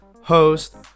host